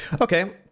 Okay